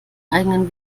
eigenen